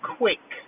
quick